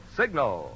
signal